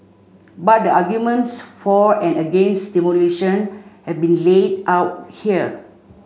but the arguments for and against demolition have been laid out here